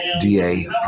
DA